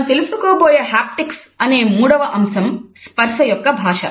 మనం తెలుసుకోబోయే హాప్టిక్స్ అనే మూడవ అంశం స్పర్శ యొక్క భాష